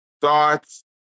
Thoughts